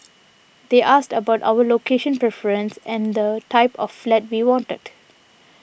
they asked about our location preference and the type of flat we wanted